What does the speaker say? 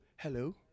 Hello